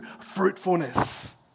fruitfulness